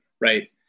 right